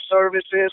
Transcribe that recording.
services